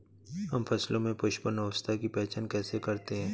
हम फसलों में पुष्पन अवस्था की पहचान कैसे करते हैं?